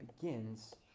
begins